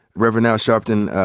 reverend al sharpton,